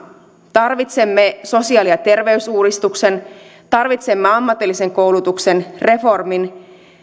tarvitsemme sosiaali ja terveysuudistuksen tarvitsemme ammatillisen koulutuksen reformin